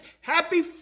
Happy